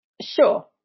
sure